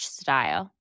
style